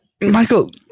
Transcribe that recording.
Michael